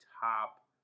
top